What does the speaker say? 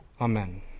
Amen